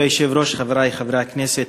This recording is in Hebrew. כבוד היושב-ראש, חברי חברי הכנסת,